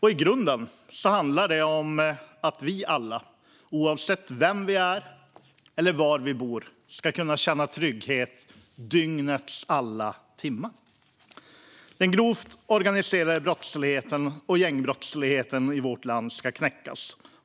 I grunden handlar det om att vi alla, oavsett vem man är eller var man bor, ska kunna känna trygghet dygnets alla timmar. Den grova organiserade brottsligheten och gängbrottsligheten i vårt land ska knäckas.